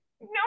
No